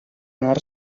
anar